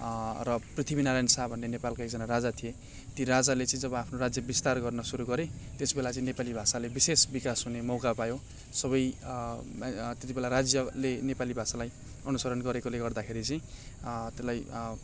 र पृथ्वीनारायण शाह भन्ने नेपालका एकजना राजा थिए ती राजाले चाहिँ जब आफ्नो राज्य विस्तार गर्न सुरु गरे त्यसबेला चाहिँ नेपाली भाषाले विशेष विकास हुने मौका पायो सबै त्यतिबेला राज्यले नेपाली भाषालाई अनुसरण गरेकोले गर्दाखेरि चाहिँ त्यसलाई